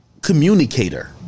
Communicator